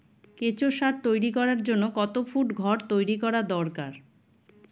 কেঁচো সার তৈরি করার জন্য কত ফুট ঘর তৈরি করা দরকার?